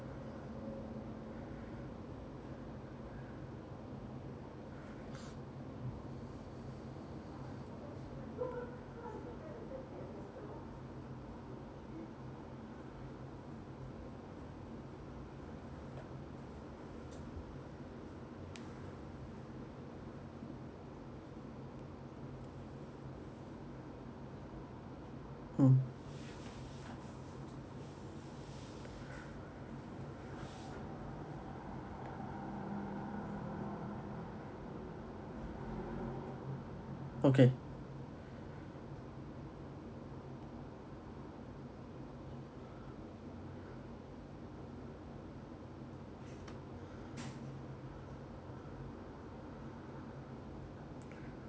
mm okay